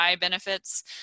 benefits